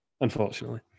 unfortunately